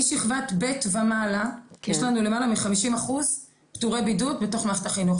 משכבת ב' ומעלה יש לנו למעלה מ-50% פטורי בידוד בתוך מערכת החינוך.